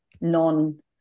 non